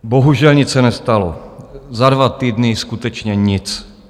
Bohužel, nic se nestalo, za dva týdny skutečně nic.